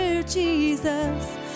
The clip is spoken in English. Jesus